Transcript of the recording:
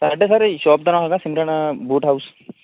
ਸਾਡੇ sir ji shop ਦਾ ਨਾਮ ਹੈਗਾ ਸਿਮਰਨ ਬੂਟ ਹਾਊਸ